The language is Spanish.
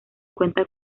cuenta